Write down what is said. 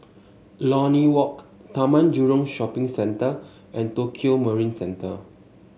Lornie Walk Taman Jurong Shopping Centre and Tokio Marine Centre